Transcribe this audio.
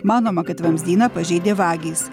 manoma kad vamzdyną pažeidė vagys